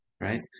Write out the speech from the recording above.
right